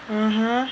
(uh huh)